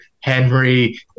Henry